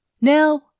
Now